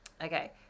Okay